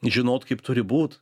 žinot kaip turi būt